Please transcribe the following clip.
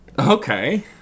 Okay